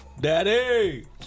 Daddy